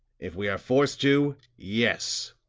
if we are forced to yes.